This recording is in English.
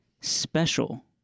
special